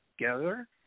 together